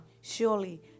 Surely